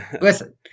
Listen